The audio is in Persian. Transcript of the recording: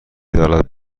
دارد